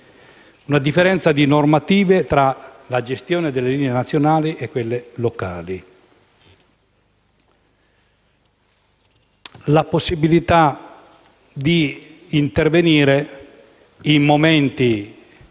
la differenza di normativa tra la gestione delle linee nazionali e quelle locali e la possibilità di intervenire in momenti